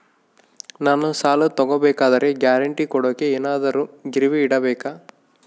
ನಾನು ಸಾಲ ತಗೋಬೇಕಾದರೆ ಗ್ಯಾರಂಟಿ ಕೊಡೋಕೆ ಏನಾದ್ರೂ ಗಿರಿವಿ ಇಡಬೇಕಾ?